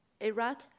Iraq